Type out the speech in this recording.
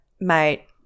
Mate